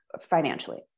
financially